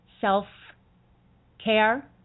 self-care